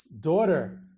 daughter